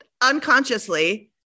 unconsciously